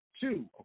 two